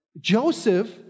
Joseph